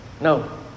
No